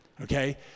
okay